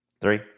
Three